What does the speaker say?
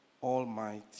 Almighty